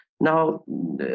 Now